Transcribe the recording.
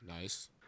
nice